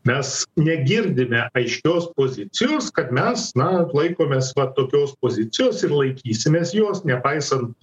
mes negirdime aiškios pozicijos kad mes na laikomės tokios pozicijos ir laikysimės jos nepaisant